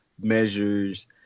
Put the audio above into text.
measures